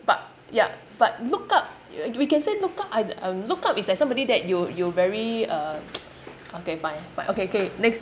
but yeah but look up we can said look up I um look up is like somebody that you you very uh okay fine but okay K next